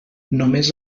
només